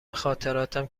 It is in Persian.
خاطراتم